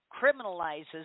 criminalizes